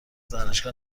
دانشگاه